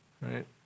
right